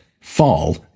Fall